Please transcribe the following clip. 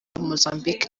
mozambique